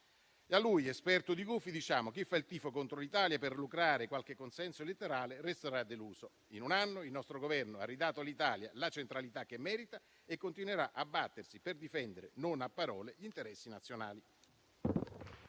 A lui, esperto di gufi, diciamo: chi fa il tifo contro l'Italia per lucrare qualche consenso elettorale resterà deluso. In un anno il nostro Governo ha ridato all'Italia la centralità che merita e continuerà a battersi per difendere, non a parole, gli interessi nazionali.